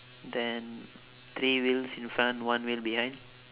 then three wheels in front one wheel behind